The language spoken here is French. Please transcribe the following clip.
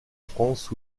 france